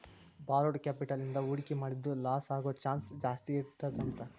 borrowed capital ಇಂದಾ ಹೂಡ್ಕಿ ಮಾಡಿದ್ದು ಲಾಸಾಗೊದ್ ಚಾನ್ಸ್ ಜಾಸ್ತೇಇರ್ತದಂತ